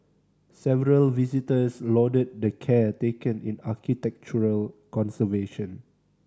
several visitors lauded the care taken in architectural conservation